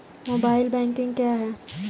Mobile banking क्या है?